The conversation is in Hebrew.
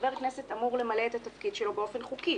חבר הכנסת אמור למלא את התפקיד שלו באופן חוקי,